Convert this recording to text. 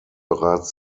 bereits